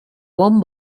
one